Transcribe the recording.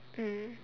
mm